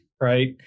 Right